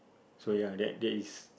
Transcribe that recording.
so ya that that is